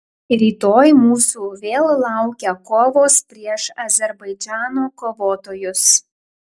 rytoj mūsų vėl laukia kovos prieš azerbaidžano kovotojus